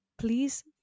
please